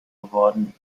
geworden